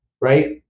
right